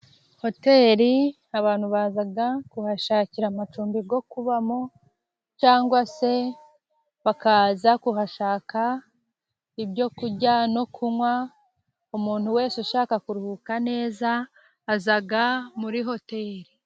Hoteli abantu baza kuhashakira amacumbi yo kubamo cyangwa se bakaza kuhashaka ibyo kurya no kunywa, umuntu wese ushaka kuruhuka neza aza muri Hoteli.